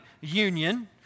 union